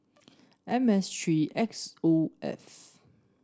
M S three X O F